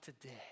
today